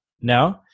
No